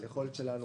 על היכולת שלנו